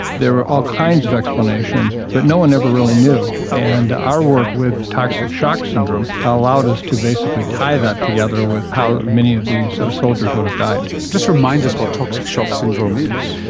there were all kinds of explanations but no one ever really knew. and our work with toxic shock syndrome allowed us to basically tie that together with how many of these soldiers would have died. just remind us what toxic shock syndrome is.